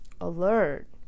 alert